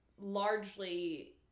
largely